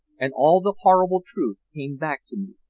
and all the horrible truth came back to me.